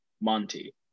Monty